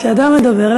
כשאדם מדבר,